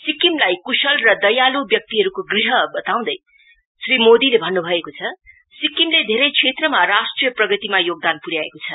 सिक्किमलाई कुशल र दयालु व्यक्तिहरुको गृह बताउँदै श्री मोदीले भन्नुभएको छ सिक्किमले धेरै क्षेत्रमा राष्ट्रिय प्रगतिमा योगदान पुराएको छ